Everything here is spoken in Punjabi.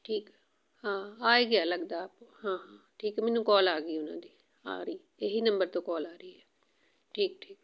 ਠੀਕ ਆ ਹਾਂ ਆ ਏ ਗਿਆ ਲੱਗਦਾ ਹਾਂ ਠੀਕ ਮੈਨੂੰ ਕੋਲ ਆ ਗਈ ਉਹਨਾਂ ਦੀ ਆ ਰਹੀ ਇਹੀ ਨੰਬਰ ਤੋਂ ਕੋਲ ਆ ਰਹੀ ਏ ਠੀਕ ਠੀਕ ਠੀਕ